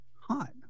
hot